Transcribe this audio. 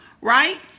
right